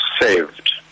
saved